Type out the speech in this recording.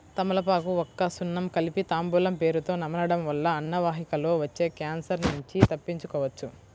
తమలపాకు, వక్క, సున్నం కలిపి తాంబూలం పేరుతొ నమలడం వల్ల అన్నవాహికలో వచ్చే క్యాన్సర్ నుంచి తప్పించుకోవచ్చు